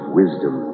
wisdom